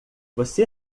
você